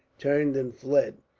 turned and fled.